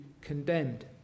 condemned